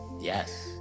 Yes